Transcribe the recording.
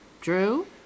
Drew